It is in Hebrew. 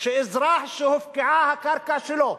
שאזרח שהופקעה הקרקע שלו,